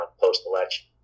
post-election